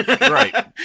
Right